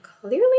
clearly